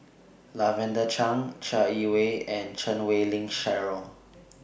Lavender Chang Chai Yee Wei and Chan Wei Ling Cheryl